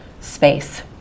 space